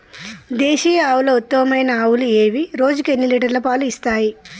దేశీయ ఆవుల ఉత్తమమైన ఆవులు ఏవి? రోజుకు ఎన్ని లీటర్ల పాలు ఇస్తాయి?